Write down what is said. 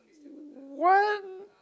what